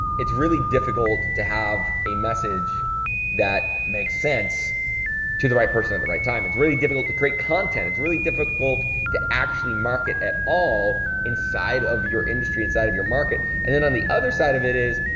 it's really difficult to have a message that makes sense to the right person at the right time, it's really difficult to create content, it's really difficult to actually market at all inside of your industry, inside of your market, and then, on the other side of it is,